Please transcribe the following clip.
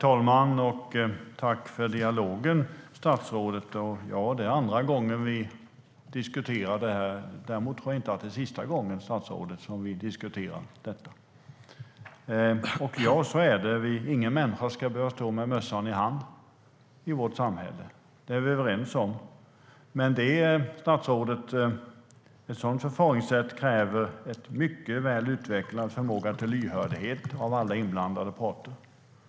Ingen människa ska behöva stå med mössan i hand i vårt samhälle. Det är vi är överens om. Men ett sådant förfaringssätt kräver en mycket väl utvecklad lyhördhet av alla inblandade parter.